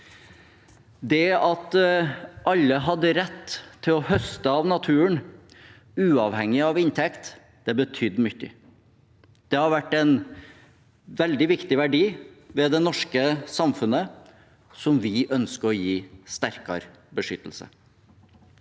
Det at alle hadde rett til å høste av naturen uavhengig av inntekt, betydde mye. Det har vært en veldig viktig verdi ved det norske samfunnet, som vi ønsker å gi sterkere beskyttelse.